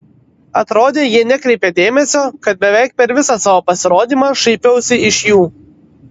atrodė jie nekreipia dėmesio kad beveik per visą savo pasirodymą šaipiausi iš jų